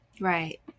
Right